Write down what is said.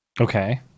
Okay